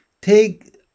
take